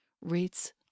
rates